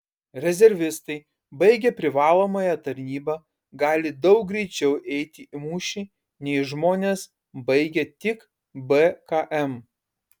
rezervistai baigę privalomąją tarnybą gali daug greičiau eiti į mūšį nei žmonės baigę tik bkm